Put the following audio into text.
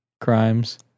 crimes